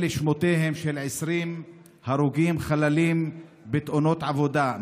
אלה שמותיהם של 20 הרוגים, חללים בתאונות עבודה.